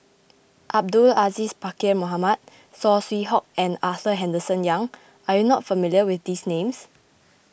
Abdul Aziz Pakkeer Mohamed Saw Swee Hock and Arthur Henderson Young are you not familiar with these names